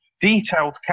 detailed